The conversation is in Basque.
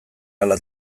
ala